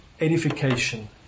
edification